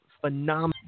phenomenal